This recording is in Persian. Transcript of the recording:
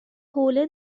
حوله